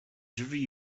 drzwi